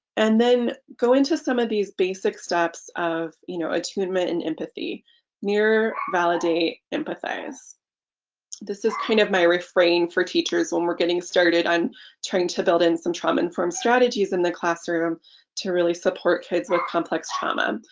and then go into some of these basic steps of you know attunement and empathy mirror, validate, empathize this is kind of my refrain for teachers when we're getting started i'm trying to build in some trauma-informed strategies in the classroom to really support kids with complex trauma.